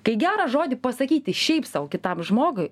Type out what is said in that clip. kai gerą žodį pasakyti šiaip sau kitam žmogui